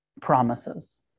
promises